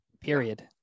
Period